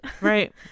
Right